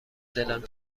دلم